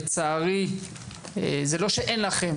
לצערי זה לא שאין לכם,